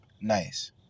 nice